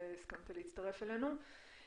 שהסכמת להצטרף אלינו.